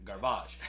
garbage